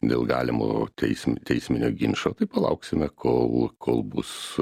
dėl galimo teism teisminio ginčo tai palauksime kol kol bus